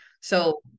So-